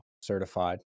certified